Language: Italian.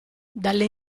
dalle